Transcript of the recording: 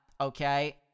okay